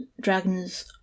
dragons